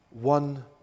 one